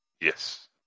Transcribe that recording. Yes